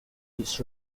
its